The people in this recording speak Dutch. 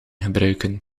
gebruiken